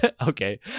okay